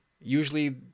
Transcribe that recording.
Usually